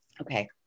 Okay